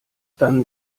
dann